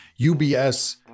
UBS